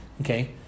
Okay